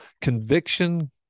conviction